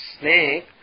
Snake